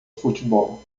futebol